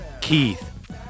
Keith